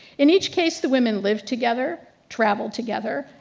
in each case the women lived together, travel together,